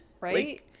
Right